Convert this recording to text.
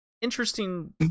interesting